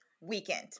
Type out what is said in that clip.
weekend